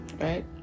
right